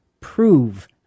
prove